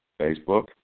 Facebook